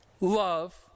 love